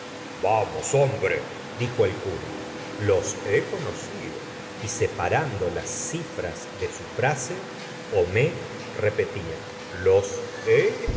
vamos hombre dijo el cura los he conocido y separando las cifras de su frase homais repetía los